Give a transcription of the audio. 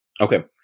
Okay